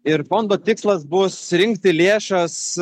ir fondo tikslas bus rinkti lėšas